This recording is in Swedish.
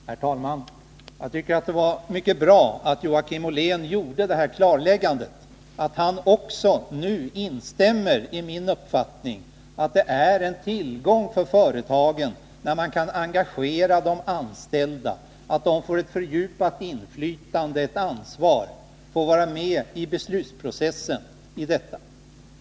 Herr talman! Jag tycker att det var mycket bra att Joakim Ollén gjorde det här klarläggandet att han också nu instämmer i min uppfattning att det är en tillgång för företagen när man kan engagera de anställda, att de får ett fördjupat inflytande, att de får ett ansvar, att de får vara med i beslutsprocessen.